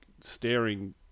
staring